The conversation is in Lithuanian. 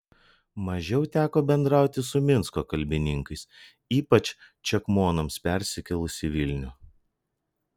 mažiau teko bendrauti su minsko kalbininkais ypač čekmonams persikėlus į vilnių